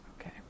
Okay